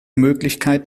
möglichkeit